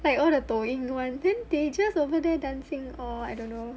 like all the 抖音 [one] then they just over there dancing or I don't know